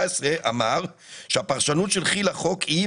אמר שהפרשנות של כי"ל לחוק היא,